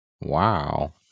Wow